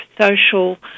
social